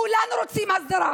כולנו רוצים הסדרה.